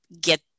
Get